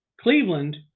Cleveland